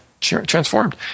transformed